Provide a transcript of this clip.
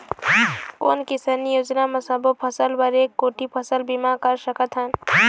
कोन किसानी योजना म सबों फ़सल बर एक कोठी फ़सल बीमा कर सकथन?